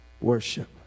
worship